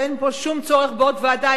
ואין פה שום צורך בעוד ועדה,